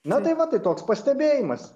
na tai va tai toks pastebėjimas